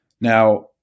Now